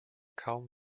kaum